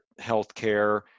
healthcare